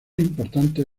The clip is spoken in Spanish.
importantes